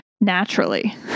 naturally